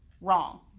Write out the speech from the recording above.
wrong